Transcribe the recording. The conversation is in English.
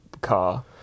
car